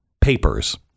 papers